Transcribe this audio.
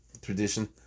tradition